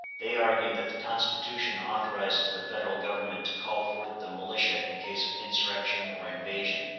they argued that the constitution authorizes the federal government to call forth the militia in case of insurrection or invasion,